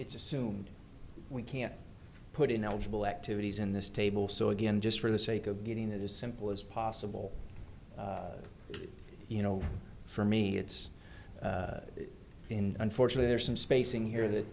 it's assumed we can't put ineligible activities in this table so again just for the sake of getting it is simple as possible you know for me it's been unfortunate there's some spacing here that